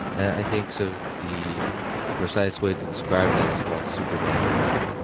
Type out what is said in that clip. i think so the precise way to describe that is called supervised learning.